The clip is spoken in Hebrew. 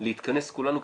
להתכנס כולנו,